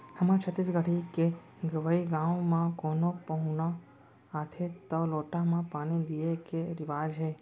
हमर छत्तीसगढ़ के गँवइ गाँव म कोनो पहुना आथें तौ लोटा म पानी दिये के रिवाज हे